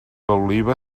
oliva